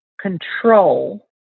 control